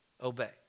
Obey